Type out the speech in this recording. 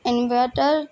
inverter